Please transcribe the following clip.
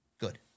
Good